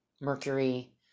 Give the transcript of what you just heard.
mercury